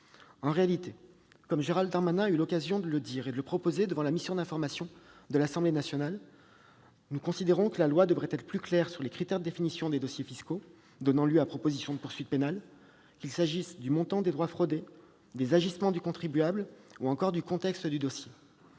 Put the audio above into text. En réalité, comme Gérald Darmanin a eu l'occasion de le dire et de le proposer devant la mission d'information de l'Assemblée nationale, nous considérons que la loi devrait être plus claire sur les critères de définition des dossiers fiscaux donnant lieu à proposition de poursuite pénale, qu'il s'agisse du montant des droits fraudés, des agissements du contribuable ou encore du contexte du dossier.